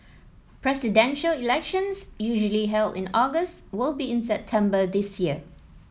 Presidential Elections usually held in August will be in September this year